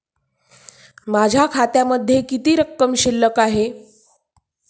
माझ्या खात्यामध्ये किती रक्कम शिल्लक आहे?